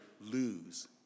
lose